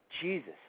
Jesus